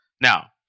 Now